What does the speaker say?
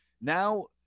now